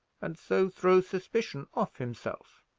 and so throw suspicion off himself.